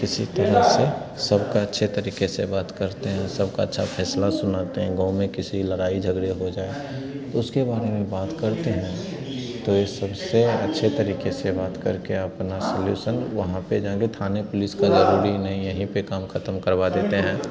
किसी तरह से सबका अच्छे तरीक़े से बात करते हैं सबका अच्छा फैसला सुनाते हैं गाँव में किसी लड़ाई झगड़े हो जाए तो उसके बारे में बात करते हैं तो इस सबसे अच्छे तरीक़े से बात करके अपना सल्यूसन वहाँ पर जाने थाने पुलिस का ज़रूरी नहीं है यही पर काम ख़त्म करवा देते हैं